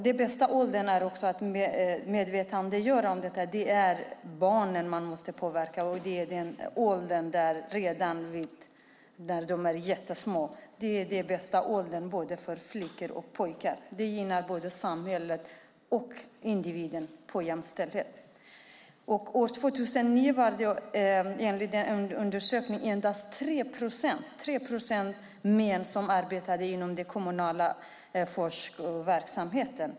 Den bästa åldern att medvetandegöra detta hos barnen är när de är mycket små. Det gäller både flickor och pojkar. Det gynnar både samhället och individen i fråga om jämställdhet. År 2009 var det enligt en undersökning endast 3 procent män som arbetade inom den kommunala förskoleverksamheten.